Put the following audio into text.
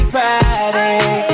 Friday